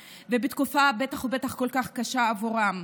בטח ובטח בתקופה כל כך קשה עבורם.